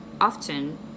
often